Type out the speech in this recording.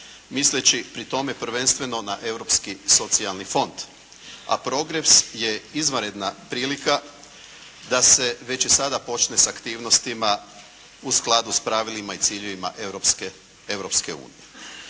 Misleći pri tome prvenstveno na europski socijalni fond. A progres je izvanredna prilika da se već i sada počne s aktivnostima u skladu s pravilima i aktivnostima Europske unije.